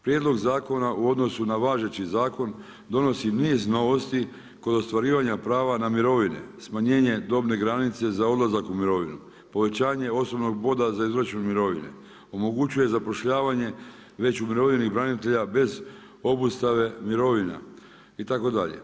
Prijedlog zakona u odnosu na važeći zakon donosi niz novosti kod ostvarivanja prava na mirovine, smanjenje dobne granice za odlazak u mirovinu, povećanje osobnog boda za izvršenu mirovinu, omogućuje zapošljavanje već u mirovini branitelja bez obustave mirovina itd.